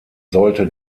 sollte